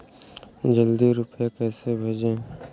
जल्दी रूपए कैसे भेजें?